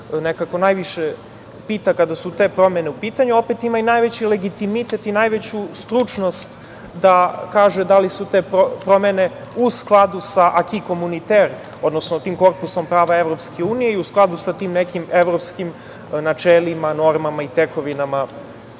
nekako najviše pita kada su te promene u pitanju. Opet ima i najveći legitimitet i najveću stručnost da kaže da li su te promene u skladu sa „aki komuniter“, odnosno tim korpusom prava EU i u skladu sa tim nekim evropskim načelima, normama i tekovinama